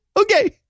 Okay